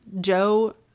Joe